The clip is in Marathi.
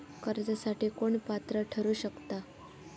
कर्जासाठी कोण पात्र ठरु शकता?